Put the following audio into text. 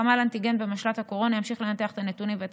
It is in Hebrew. חמ"ל אנטיגן במשל"ט הקורונה ימשיך לנתח את הנתונים ואת